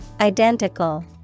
Identical